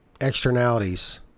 externalities